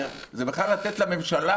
באמת, לתת לממשלה